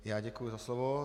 Já děkuji za slovo.